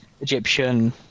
Egyptian